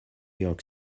york